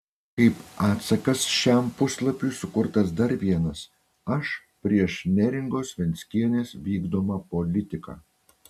kaip atsakas šiam puslapiui sukurtas dar vienas aš prieš neringos venckienės vykdomą politiką